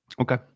Okay